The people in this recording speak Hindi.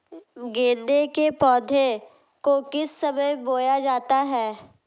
गेंदे के पौधे को किस समय बोया जाता है?